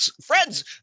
friends